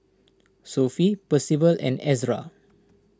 Sophie Percival and Ezra